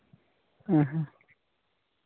ᱦᱮᱸ ᱦᱮᱸ